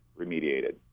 remediated